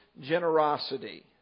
generosity